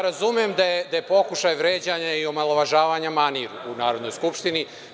Razumem da je pokušaj vređanja i omalovažavanja manir u Narodnoj skupštini.